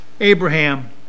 Abraham